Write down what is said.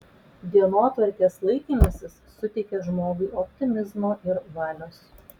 dienotvarkės laikymasis suteikia žmogui optimizmo ir valios